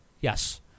Yes